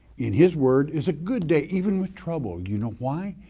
in his word is a good day. even with trouble. you know why?